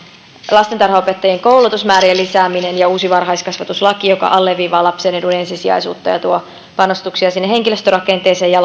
lastentarhanopettajien koulutusmäärien lisääminen ja uusi varhaiskasvatuslaki joka alleviivaa lapsen edun ensisijaisuutta ja tuo panostuksia sinne henkilöstörakenteeseen ja